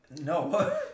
no